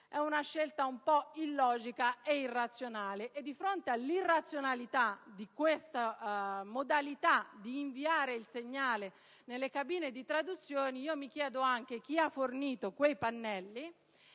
una scelta un po' illogica e irrazionale. A fronte dell'irrazionalità di questa modalità di inviare il segnale audio nelle cabine degli interpreti, mi chiedo anche chi ha fornito quei pannelli